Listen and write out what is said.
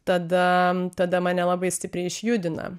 tada tada mane labai stipriai išjudina